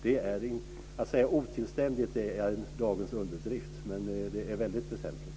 Att det är otillständigt är dagens underdrift. Men det är väldigt väsentligt.